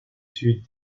sud